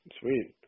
Sweet